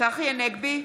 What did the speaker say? צחי הנגבי,